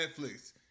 Netflix